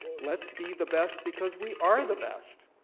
let's be the best because we are the best.